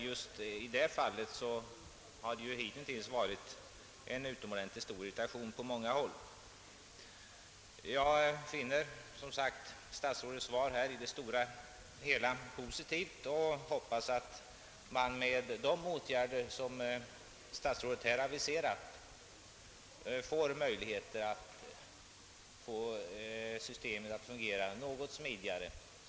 Just på den punkten har det hittills förmärkts en mycket stark irritation på många håll. Statsrådets svar är i det stora hela positivt, och jag hoppas att med de åtgärder som statsrådet aviserat systemet skall kunna fungera något smidigare än hittills.